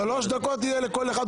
יהיו שלוש דקות לכל אחד.